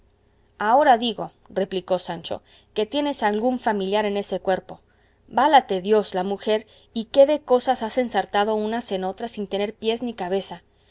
ahora digo replicó sancho que tienes algún familiar en ese cuerpo válate dios la mujer y qué de cosas has ensartado unas en otras sin tener pies ni cabeza